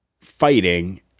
fighting